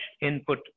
input